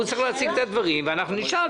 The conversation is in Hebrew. הוא צריך להציג את הדברים ואנחנו נשאל.